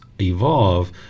evolve